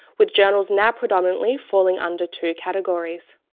with journals now predominately falling under two categories